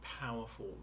powerful